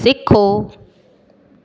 सिखो